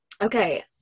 Okay